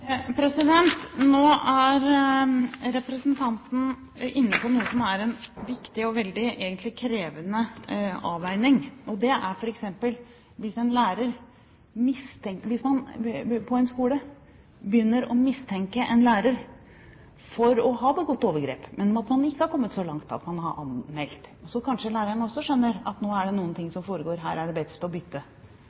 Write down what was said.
Nå er representanten inne på noe som er en viktig og egentlig krevende avveining, nemlig hvis man f.eks. på en skole begynner å mistenke en lærer for å ha begått overgrep, men ikke har kommet så langt at man har anmeldt. Så skjønner kanskje læreren også at nå er det noe som foregår – her er det best å bytte.